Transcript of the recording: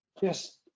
yes